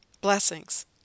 Blessings